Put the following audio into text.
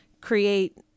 create